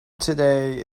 today